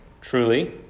Truly